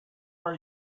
are